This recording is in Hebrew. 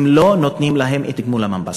לא נותנים להם את גמול המנב"ס.